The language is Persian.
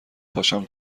پاشم